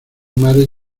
mares